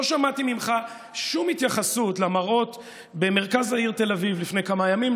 לא שמעתי ממך שום התייחסות למראות במרכז העיר תל אביב לפני כמה ימים,